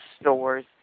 stores